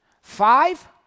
Five